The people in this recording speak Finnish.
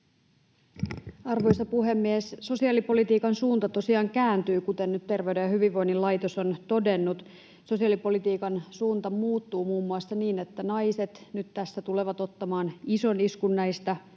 Arvoisa puhemies! Sosiaalipolitiikan suunta tosiaan kääntyy, kuten Terveyden ja hyvinvoinnin laitos on nyt todennut. Sosiaalipolitiikan suunta muuttuu muun muassa niin, että naiset tulevat tässä nyt ottamaan ison iskun näistä leikkauksista